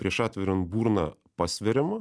prieš atveriant burną pasveriama